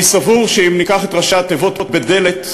אני סבור שאם ניקח את ראשי התיבות בדל"ת,